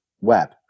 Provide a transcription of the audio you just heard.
Web